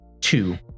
two